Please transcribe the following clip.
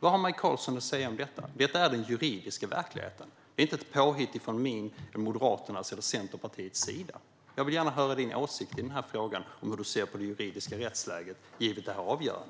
Vad har du, Maj Karlsson, att säga om detta? Detta är den juridiska verkligheten. Det är inte ett påhitt från min och Moderaternas eller Centerpartiets sida. Jag vill gärna höra din åsikt i den här frågan och hur du ser på det juridiska rättsläget givet detta avgörande.